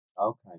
Okay